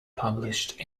published